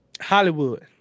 Hollywood